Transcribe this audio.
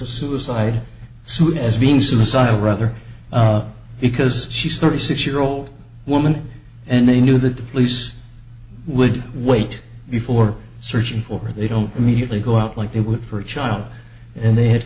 a suicide soon as being suicidal rather because she's thirty six year old woman and they knew that the police would wait before searching for her they don't immediately go out like they would for a child and they had